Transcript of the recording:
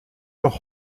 doch